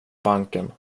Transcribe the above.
banken